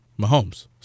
Mahomes